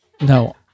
No